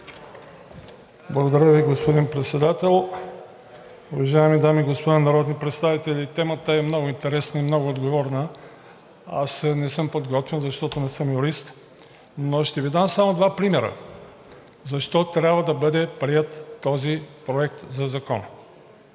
Благодаря Ви, господин Председател. Уважаеми дами и господа народни представители! Темата е много интересна и много отговорна. Аз не съм подготвен, защото не съм юрист, но ще Ви дам само два примера защо трябва да бъде приет този Проект за закон.